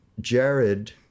Jared